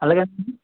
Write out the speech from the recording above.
అలాగేనండీ